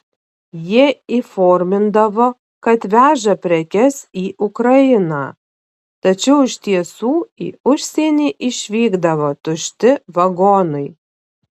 jie įformindavo kad veža prekes į ukrainą tačiau iš tiesų į užsienį išvykdavo tušti vagonai